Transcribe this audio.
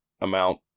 amount